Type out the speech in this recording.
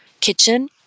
kitchen